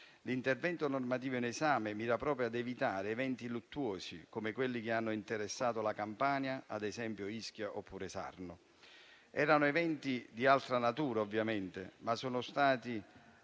L'intervento normativo in esame mira proprio ad evitare eventi luttuosi, come quelli che hanno interessato la Campania, ad esempio a Ischia e Sarno. Si trattava di eventi di altra natura, ovviamente, ma sono stati